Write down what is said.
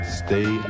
stay